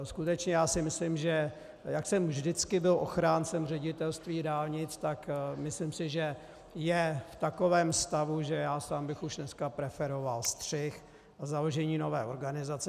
Skutečně si myslím, jak jsem vždycky byl ochráncem ředitelství dálnic, tak si myslím, že je v takovém stavu, že já sám bych už dneska preferoval střih a založení nové organizace.